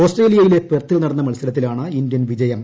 ഓസ്ട്രേലിയയിലെ പെർത്തിൽ നടന്ന മത്സരത്തിലാണ് ഇന്തൃൻ വിജയം